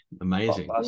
amazing